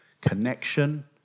connection